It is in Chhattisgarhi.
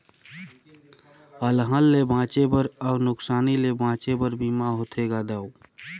अलहन ले बांचे बर अउ नुकसानी ले बांचे बर बीमा होथे गा दाऊ